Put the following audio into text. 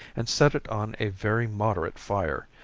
and set it on a very moderate fire,